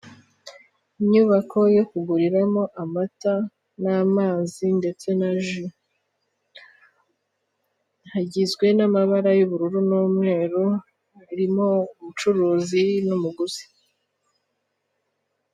Inyubako yo kuguriramo amata n'amazi ndetse na ji, hagizwe namabara y'ubururu n'umweru harimo umucuruzi n'umuguzi.